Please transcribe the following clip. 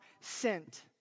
sent